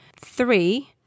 Three